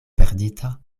perdita